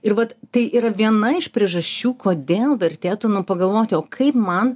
ir vat tai yra viena iš priežasčių kodėl vertėtume pagalvoti o kaip man